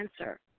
answer